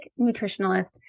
nutritionalist